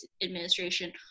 Administration